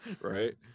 right